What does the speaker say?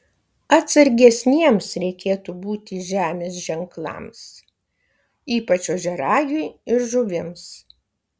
atsargesniems reikėtų būti žemės ženklams ypač ožiaragiui ir žuvims